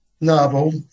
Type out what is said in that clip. novel